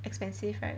expensive right